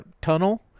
tunnel